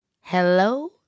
Hello